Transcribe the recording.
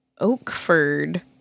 Oakford